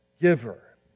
giver